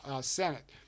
Senate